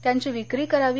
त्याची विक्री करावी